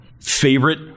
Favorite